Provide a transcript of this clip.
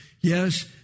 Yes